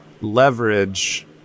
leverage